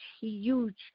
huge